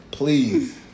Please